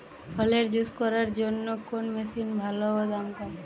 ফলের জুস করার জন্য কোন মেশিন ভালো ও দাম কম?